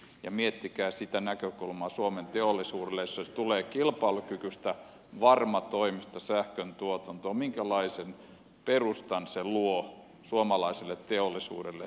ja miettikää sitä näkökulmaa suomen teollisuudelle jossa tulee kilpailukykyistä varmatoimista sähköntuotantoa minkälaisen perustan se luo suomalaiselle teollisuudelle